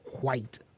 white